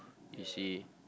you see